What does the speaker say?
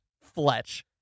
Fletch